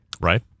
Right